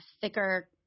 thicker